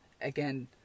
again